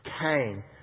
Cain